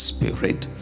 Spirit